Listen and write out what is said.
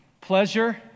pleasure